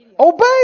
Obey